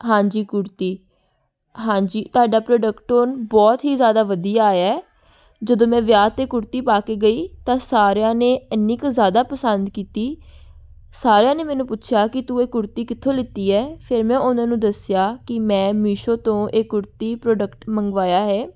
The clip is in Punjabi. ਹਾਂਜੀ ਕੁੜਤੀ ਹਾਂਜੀ ਤੁਹਾਡਾ ਪ੍ਰੋਡਕਟ ਉਹ ਬਹੁਤ ਹੀ ਜ਼ਿਆਦਾ ਵਧੀਆ ਆਇਆ ਜਦੋਂ ਮੈਂ ਵਿਆਹ 'ਤੇ ਕੁੜਤੀ ਪਾ ਕੇ ਗਈ ਤਾਂ ਸਾਰਿਆਂ ਨੇ ਇੰਨੀ ਕੁ ਜ਼ਿਆਦਾ ਪਸੰਦ ਕੀਤੀ ਸਾਰਿਆਂ ਨੇ ਮੈਨੂੰ ਪੁੱਛਿਆ ਕਿ ਤੂੰ ਇਹ ਕੁੜਤੀ ਕਿੱਥੋਂ ਲਿੱਤੀ ਹੈ ਫਿਰ ਮੈਂ ਉਹਨਾਂ ਨੂੰ ਦੱਸਿਆ ਕਿ ਮੈਂ ਮੀਸ਼ੋ ਤੋਂ ਇਹ ਕੁੜਤੀ ਪ੍ਰੋਡਕਟ ਮੰਗਵਾਇਆ ਹੈ